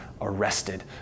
arrested